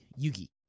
yugi